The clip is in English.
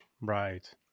Right